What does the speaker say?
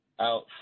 out